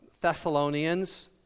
Thessalonians